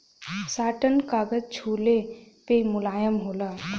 satin कागज छुले पे मुलायम होला